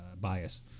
bias